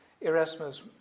Erasmus